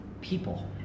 people